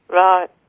Right